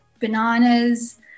bananas